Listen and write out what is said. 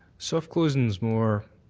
soft closing is more